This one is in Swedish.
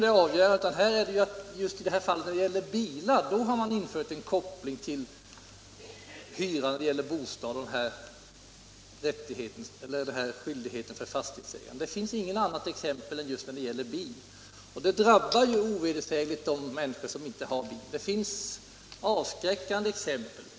Det finns inget annat exempel på en sådan koppling när det gäller andra skyldigheter som fastighetsägaren har. Detta drabbar ovedersägligen de människor som inte har bil. Det finns avskräckande exempel.